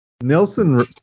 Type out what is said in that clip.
Nelson